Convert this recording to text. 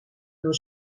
door